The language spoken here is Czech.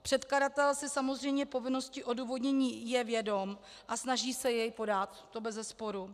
Předkladatel si samozřejmě povinnosti odůvodnění je vědom a snaží se je podat, to bezesporu.